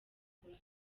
urwaje